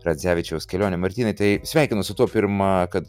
radzevičiaus kelionė martynai tai sveikinu su tuo pirma kad